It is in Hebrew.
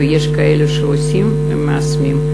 ויש כאלה שעושים ומיישמים.